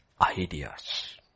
ideas